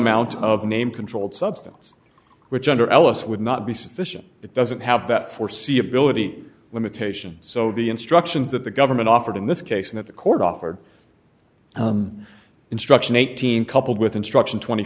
amount of name controlled substance which under ellis would not be sufficient it doesn't have that foreseeability limitations so the instructions that the government offered in this case that the court offered oh instruction eighteen coupled with instruction twenty